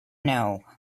know